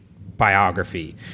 biography